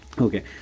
Okay